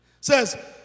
says